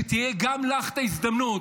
שתהיה גם לך את ההזדמנות,